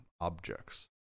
objects